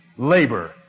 Labor